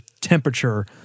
temperature